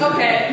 Okay